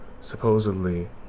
supposedly